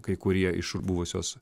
kai kurie iš buvusios